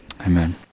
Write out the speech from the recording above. Amen